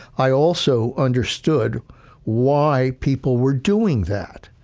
i also understood why people were doing that,